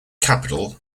capital